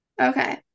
Okay